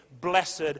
Blessed